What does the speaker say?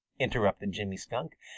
interrupted jimmy skunk.